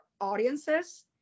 audiences